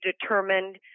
determined